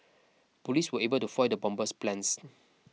police were able to foil the bomber's plans